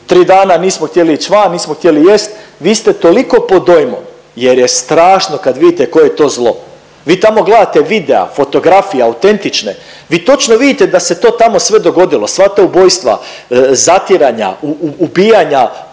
Tri dana nismo htjeli ić van, nismo htjeli jest, vi ste toliko pod dojmom jer je strašno kad vidite koje je to zlo. Vi tamo gledate videa, fotografije autentične, vi točno vidite da se to tamo sve dogodilo sva ta ubojstva, zatiranja, ubijanja